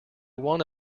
want